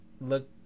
Look